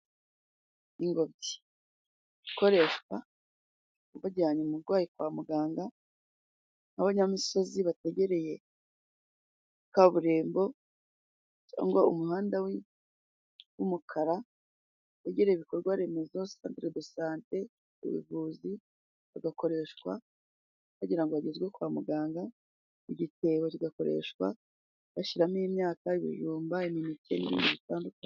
Ingobyi ikoreshwa bajyanye umurwayi kwa muganga, nk' abanyamisozi bategereye kaburimbo, cyangwa umuhanda w'umukara ugira ibikorwa remezo. Santere do sante, ubuvuzi, bigakoreshwa bagira ngo bagezwe kwa muganga. Igitebo kigakoreshwa bahyiramo imyaka ibijumba, imineke n'ibindi bitandukanye.